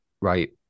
right